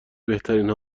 بهترین